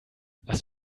was